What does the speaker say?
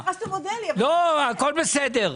הכול בסדר.